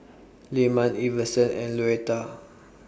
Lyman Iverson and Luetta